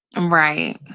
Right